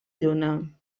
lluna